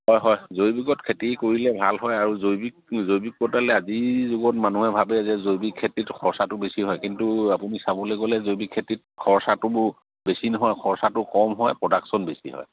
হয় হয় জৈৱিকত খেতি কৰিলে ভাল হয় আৰু জৈৱিক জৈৱিক আজিৰ যুগত মানুহে ভাবে যে জৈৱিক খেতিত খৰচটো বেছি হয় কিন্তু আপুনি চাবলৈ গ'লে জৈৱিক খেতিত খৰচটো বো বেছি নহয় খৰচাটো কম হয় প্ৰডাকশ্য়ন বেছি হয়